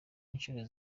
inshuro